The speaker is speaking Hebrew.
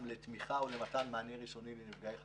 לתמיכה ולמתן מענה ראשוני לנפגעי חרדה: